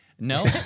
No